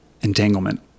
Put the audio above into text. entanglement